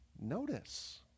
notice